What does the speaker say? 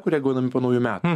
kurie gaunami po naujų metų